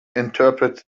interpret